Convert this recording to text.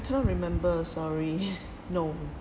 cannot remember sorry no